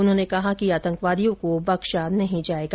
उन्होंने कहा कि आतंकवादियों को बख्शा नहीं जायेगा